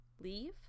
Leave